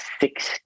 six